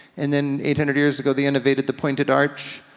and then eight hundred years ago they innovated the pointed arch,